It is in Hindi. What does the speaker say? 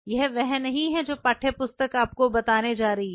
यह वह नहीं है जो पाठ्यपुस्तक आपको बताने जा रही है